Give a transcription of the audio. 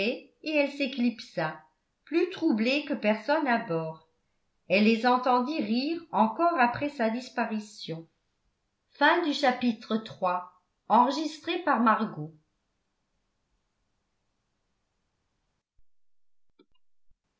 et elle s'éclipsa plus troublée que personne à bord elle les entendit rire encore après sa disparition